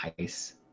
ice